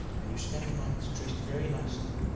and you spend the night, dressed very nicely.